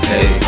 Hey